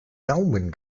daumen